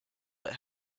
that